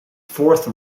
fourth